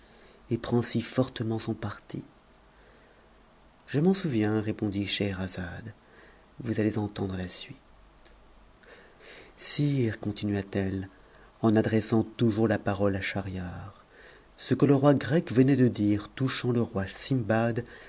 et prend si fortement son parti je m'en souviens répondit scheherazade vous allez entendre la suite sire continua-t-elle en adressant toujours la parole à schahriar ce que le roi grec venait de dire touchant le roi sindbad